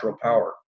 power